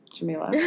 Jamila